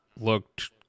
looked